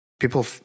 people